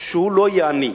שהוא לא יהיה עני.